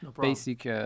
basic